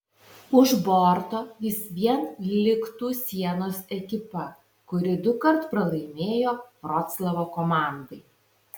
už borto vis vien liktų sienos ekipa kuri dukart pralaimėjo vroclavo komandai